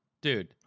dude